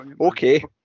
Okay